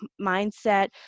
mindset